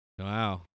Wow